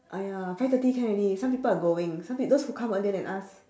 !aiya! five thirty can already some people are going some pe~ those who come earlier than us